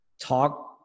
talk